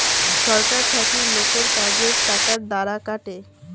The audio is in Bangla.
ছরকার থাকি লোকের কাজের টাকার দ্বারা কাটে